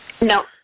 No